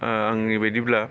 आंनि बायदिब्ला